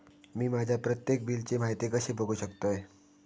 मी माझ्या प्रत्येक बिलची माहिती कशी बघू शकतय?